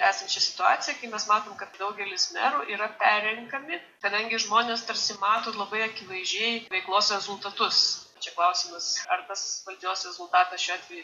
esančią situaciją kai mes matom kad daugelis merų yra perrenkami kadangi žmonės tarsi mato labai akivaizdžiai veiklos rezultatus čia klausimas ar tas valdžios rezultatas šiuo atveju